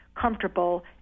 comfortable